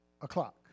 o'clock